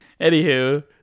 anywho